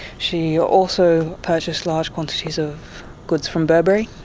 she also purchased large quantities of goods from burberry,